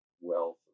wealth